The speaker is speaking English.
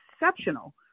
exceptional